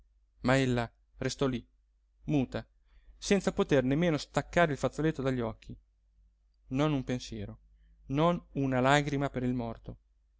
ma ella restò lí muta senza poter nemmeno staccare il fazzoletto dagli occhi non un pensiero non una lagrima per il morto